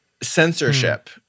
censorship